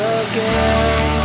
again